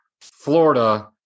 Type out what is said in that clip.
Florida